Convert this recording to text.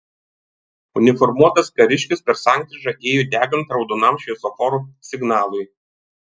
uniformuotas kariškis per sankryžą ėjo degant raudonam šviesoforo signalui